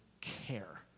care